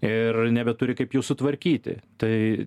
ir nebeturi kaip jų sutvarkyti tai